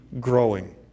growing